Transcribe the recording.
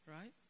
right